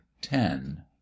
ten